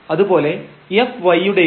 അതുപോലെ fy യുടെയും